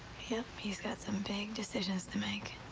yep. he's got some big decisions to make.